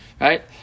right